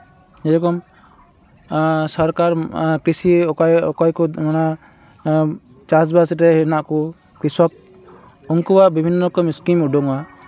ᱡᱮᱨᱚᱠᱚᱢ ᱥᱚᱨᱠᱟᱨ ᱯᱮᱥᱤ ᱚᱠᱚᱭ ᱚᱠᱚᱭ ᱠᱚ ᱚᱱᱟ ᱪᱟᱥᱼᱵᱟᱥ ᱨᱮ ᱦᱮᱱᱟᱜ ᱠᱚ ᱠᱨᱤᱥᱚᱠ ᱩᱱᱠᱩᱣᱟᱜ ᱵᱤᱵᱷᱤᱱᱱᱚ ᱨᱚᱠᱚᱢ ᱥᱠᱤᱢ ᱩᱰᱩᱠᱚᱜᱼᱟ